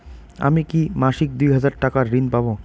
আমি কি মাসিক দুই হাজার টাকার ঋণ পাব?